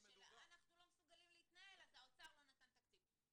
אנחנו לא מסוגלים להתנהל, אז האוצר לא נתן תקציב.